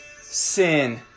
sin